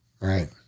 Right